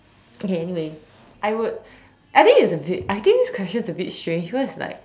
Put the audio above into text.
okay anyway I would I think it's a bit I think this question is a bit strange cause like